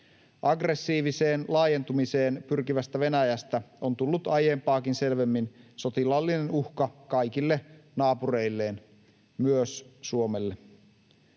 Aggressiiviseen laajentumiseen pyrkivästä Venäjästä on tullut aiempaakin selvemmin sotilaallinen uhka kaikille naapureilleen, myös Suomelle.